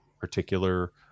particular